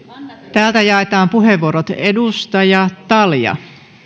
täältä jaetaan puheenvuorot edustaja talja arvoisa